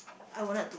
I would not